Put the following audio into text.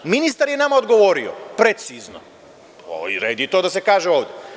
Ministar je nama odgovorio precizno, red je i to da se kaže ovde.